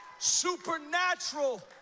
supernatural